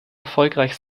erfolgreich